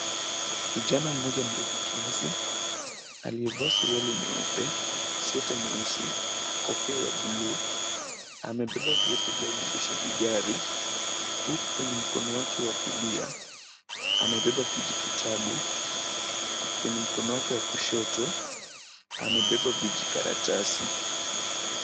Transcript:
Kijana mmoja mrefu kiasi aliyevaa suruali nyeupe, sweta nyeusi, kofia ya buluu amebeba vyeti vya uendeshaji gari huku kwenye mkono wake wa kulia amebeba kijitabu na kwenye mkono wake wa kushoto amebeba vijikaratasi.